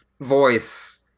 voice